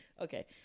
Okay